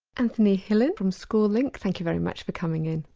anthony hillin from school link, thank you very much for coming in.